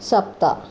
सप्त